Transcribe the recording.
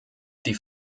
die